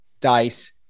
dice